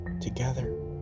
together